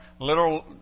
literal